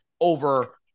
over